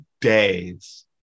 days